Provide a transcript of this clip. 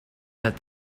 that